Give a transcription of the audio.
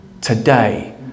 today